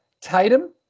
Tatum